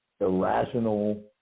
irrational